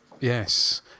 Yes